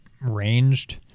ranged